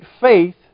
faith